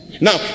Now